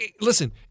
Listen